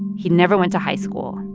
he never went to high school,